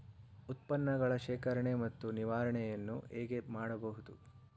ಉತ್ಪನ್ನಗಳ ಶೇಖರಣೆ ಮತ್ತು ನಿವಾರಣೆಯನ್ನು ಹೇಗೆ ಮಾಡಬಹುದು?